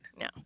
No